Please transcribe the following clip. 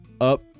up